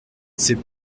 c’est